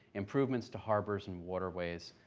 improvements to harbors and waterways,